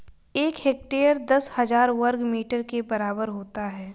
एक हेक्टेयर दस हज़ार वर्ग मीटर के बराबर होता है